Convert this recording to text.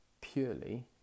purely